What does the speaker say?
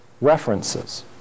references